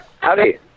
howdy